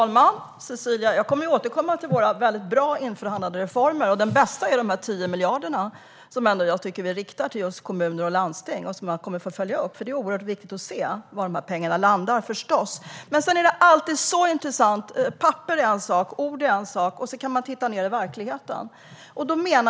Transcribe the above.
Herr talman! Jag kommer att återkomma till våra mycket bra framförhandlade reformer. Den bästa tycker jag är de 10 miljarderna som vi riktar till just kommuner och landsting och som vi kommer att få följa upp, för det är förstås oerhört viktigt att se var pengarna landar. Papper är en sak, ord är en sak och sedan kan man titta på verkligheten.